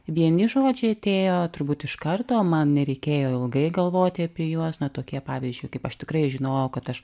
vieni žodžiai atėjo turbūt iš karto man nereikėjo ilgai galvoti apie juos na tokie pavyzdžiui kaip aš tikrai žinojau kad aš